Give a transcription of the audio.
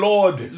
Lord